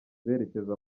berekeza